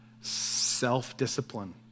self-discipline